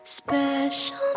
Special